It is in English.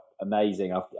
amazing